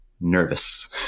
nervous